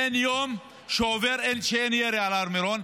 אין יום שעובר שאין ירי על הר מירון,